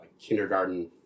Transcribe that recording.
kindergarten